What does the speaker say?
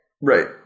Right